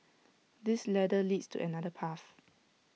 this ladder leads to another path